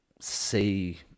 see